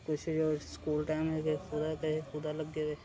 किश ओह् school time दे कुदै किश कुदै किश कुदै लग्गे दे